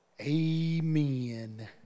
amen